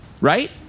right